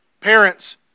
parents